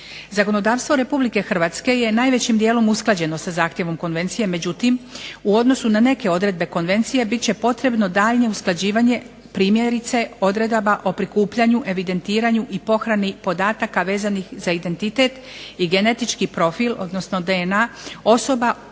Zakonodavstvo Republike Hrvatske je najvećim dijelom usklađeno sa zahtjevom konvencije. Međutim, u odnosu na neke odredbe konvencije bit će potrebno daljnje usklađivanje primjerice odredaba o prikupljanju, evidentiranju i pohrani podataka vezanih za identitet i genetički profil, odnosno DNA osoba osuđenih